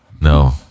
No